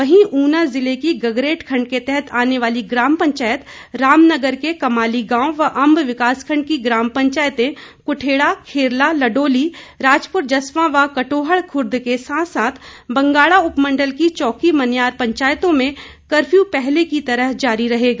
वहीं ऊना जिले की गगरेट खंड के तहत आने वाली ग्राम पंचायत रामनगर के कमाली गांव व अंब विकास खंड की ग्राम पंचायतें कुठेड़ा खैरला लडोली राजपुर जसवां व कटौहड़ खुर्द के साथ साथ बंगाणा उपमंडल की चौकी मन्यार पंचायतों में कफ्यू पहले की तरह जारी रहेगा